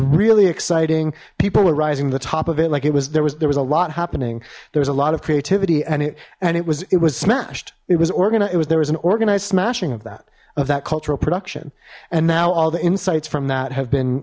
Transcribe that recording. really exciting people are rising the top of it like it was there was there was a lot happening there was a lot of creativity and it and it was it was smashed it was organized it was there was an organized smashing of that of that cultural production and now all the insights from that have been